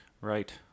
right